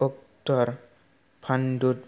अत्कार फानडुट